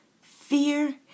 fear